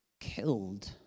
killed